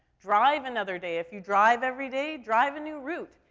drive another day. if you drive every day, drive a new route.